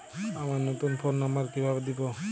আমার নতুন phone number কিভাবে দিবো?